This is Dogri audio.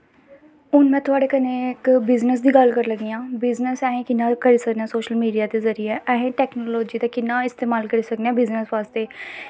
हून में थुआढ़े कन्नै इक बिज़नस दी गल्ल करन लग्गी आं बिज़नस अहें कि'यां करी सकने आं सोशल मीडिया दे जरिये अस टैकनालजी दा कि'यां इस्तमाल करी सकने आं बिज़नस बास्तै